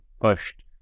pushed